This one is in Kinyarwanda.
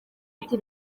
mfite